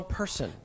person